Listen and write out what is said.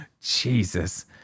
Jesus